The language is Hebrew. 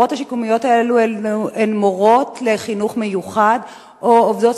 המורות השיקומיות האלו הן מורות לחינוך מיוחד או עובדות